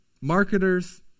marketers